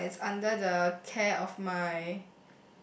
but it's under the care of my